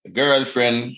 girlfriend